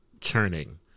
churning